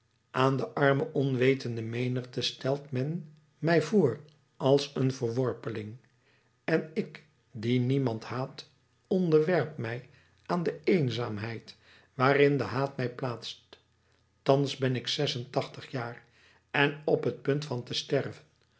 aan de arme onwetende menigte stelt men mij voor als een verworpeling en ik die niemand haat onderwerp mij aan de eenzaamheid waarin de haat mij plaatst thans ben ik zes en tachtig jaar en op t punt van te sterven